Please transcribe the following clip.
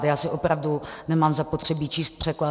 Já si opravdu nemám zapotřebí číst překlady.